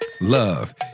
Love